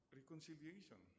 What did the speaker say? reconciliation